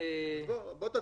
בנוגע